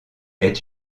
est